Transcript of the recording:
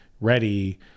ready